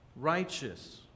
righteous